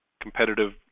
competitive